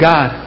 God